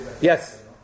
Yes